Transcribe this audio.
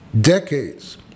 decades